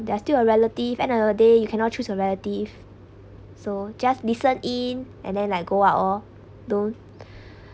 they are still your relative end of the day you cannot choose your relative so just listen in and then like go out orh don't